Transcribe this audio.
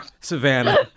Savannah